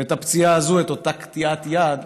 ואת הפציעה הזאת, את אותה קטיעת יד,